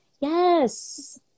yes